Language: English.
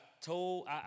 told